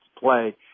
play